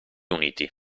uniti